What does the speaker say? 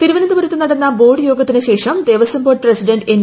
തിരുവനന്തപുരത്ത് നടന്ന ബോർഡ് യോഗത്തിന് ശേഷം ദേവസ്വം ബോർഡ് പ്രസിഡന്റ് എൻ